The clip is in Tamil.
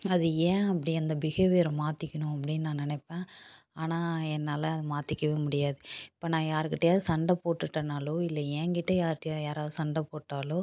அது ஏன் அப்படி அந்த பிஹேவியரை மாற்றிக்கணும் அப்படின்னு நான் நினைப்பேன் ஆனால் என்னால் மாற்றிக்கவே முடியாது இப்போ நான் யாருக்கிட்டையாவது சண்டை போட்டுட்டேனாலோ இல்லை என்கிட்ட யார்கிட்டியா யாராவது சண்டை போட்டாலோ